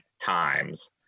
times